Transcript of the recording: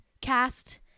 cast